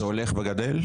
זה הולך וגדל?